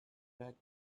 back